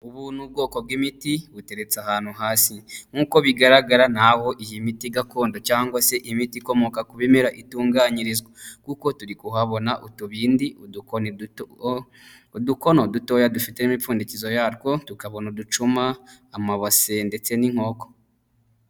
Ubu ni ubwoko bw'imiti buteretse ahantu hasi nk'uko bigaragara naho iyi miti gakondo cyangwa se imiti ikomoka ku bimera itunganyirizwa kuko turi kuhabona utubindi udukoni duto, udukono dutoya dufite n'imipfundikizo yatwo tukabona uducuma, amabase ndetse n'inkoko.